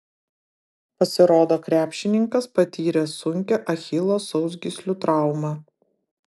pasirodo krepšininkas patyrė sunkią achilo sausgyslių traumą